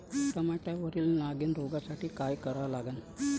टमाट्यावरील नागीण रोगसाठी काय करा लागन?